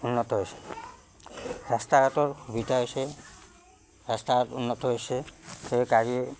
উন্নত হৈছে ৰাস্তা ঘাটৰ সুবিধা হৈছে ৰাস্তা ঘাট উন্নত হৈছে সেই গাড়ী